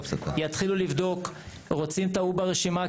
יתחילו לבדוק רוצים את ההוא ברשימה,